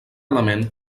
element